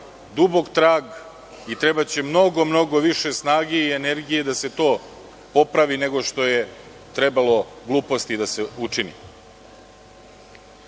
dubok trag i trebaće joj mnogo više snage i energije da se to popravi nego što je trebalo gluposti da se